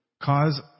cause